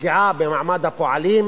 פגיעה במעמד הפועלים,